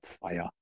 fire